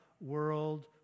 world